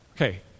Okay